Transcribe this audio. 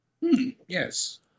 Yes